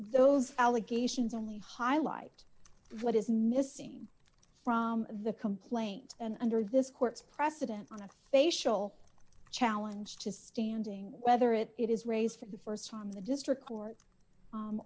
those allegations only highlight what is missing from the complaint and under this court's precedent on a facial challenge his standing whether it is raised for the st time the district court